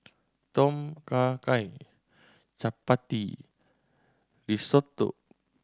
Tom Kha Gai Chapati Risotto